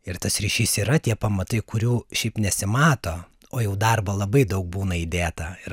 ir tas ryšys yra tie pamatai kurių šiaip nesimato o jau darbo labai daug būna įdėta ir